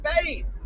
faith